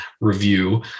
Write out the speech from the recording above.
review